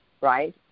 right